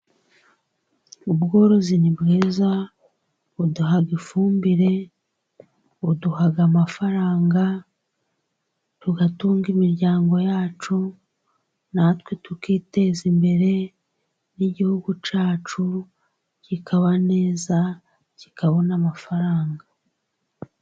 Ubworozi ni bwiza, buduha ifumbire, buduhaga amafaranga tugatunga imiryango yacu, natwe tukiteza imbere, n'igihugu cyacu kikaba neza kikabona amafaranga.